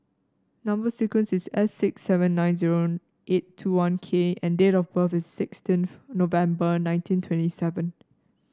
number sequence is S six seven nine zero eight two one K and date of birth is sixteenth November nineteen twenty seven